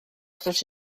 dros